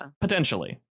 potentially